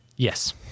Yes